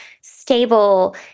stable